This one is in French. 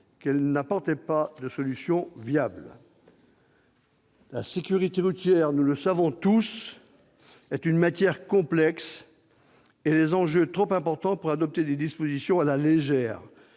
qu'elle n'apportait pas de solution viable. La sécurité routière, nous le savons tous, est une matière complexe et ses enjeux sont trop importants pour adopter des dispositions à la légère